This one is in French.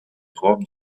robes